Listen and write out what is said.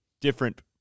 different